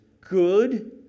good